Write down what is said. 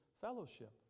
fellowship